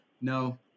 no